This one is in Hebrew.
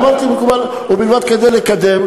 אמרתי: מקובל, ובלבד, כדי לקדם.